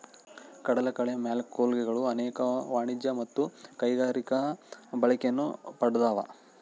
ಕಡಲಕಳೆ ಮ್ಯಾಕ್ರೋಲ್ಗೆಗಳು ಅನೇಕ ವಾಣಿಜ್ಯ ಮತ್ತು ಕೈಗಾರಿಕಾ ಬಳಕೆಗಳನ್ನು ಪಡ್ದವ